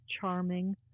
charming